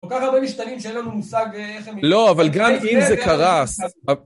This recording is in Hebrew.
כל כך הרבה משתנים שאין לנו מושג איך הם... לא, אבל גם אם זה קרס...